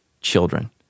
children